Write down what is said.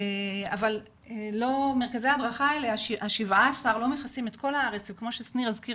אבל 17 מרכזי ההדרכה האלה לא מכסים את כל הארץ וכמו ששניר הזכיר